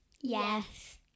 yes